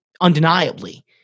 undeniably